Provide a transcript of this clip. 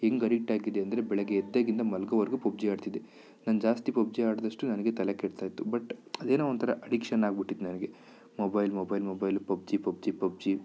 ಹೆಂಗೆ ಅಡಿಕ್ಟ್ ಆಗಿದ್ದೆ ಅಂದರೆ ಬೆಳಿಗ್ಗೆ ಎದ್ದಾಗಿಂದ ಮಲ್ಗೋವರ್ಗು ಪಬ್ಜಿ ಆಡ್ತಿದ್ದೆ ನಾನು ಜಾಸ್ತಿ ಪಬ್ಜಿ ಆಡಿದಷ್ಟೂ ನನಗೆ ತಲೆ ಕೆಡ್ತಾಯಿತ್ತು ಬಟ್ ಅದೇನೋ ಒಂಥರ ಅಡಿಕ್ಷನ್ ಆಗ್ಬಿಟ್ಟಿತ್ತು ನನಗೆ mobile mobile mobile PUBG PUBG PUBG